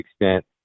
extent